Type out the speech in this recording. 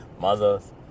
Mothers